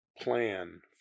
plan